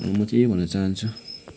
म चाहिँ यही भन्न चहान्छु